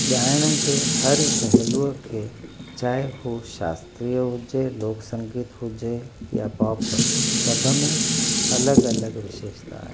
ॻाइण जे हर पहलूअ खे चाहे उहा शास्त्रीय हुजे लोक संगीत हुजे या पॉप सभ में अलॻि अलॻि विशेषता आहे